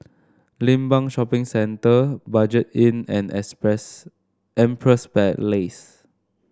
Limbang Shopping Centre Budget Inn and express Empress Place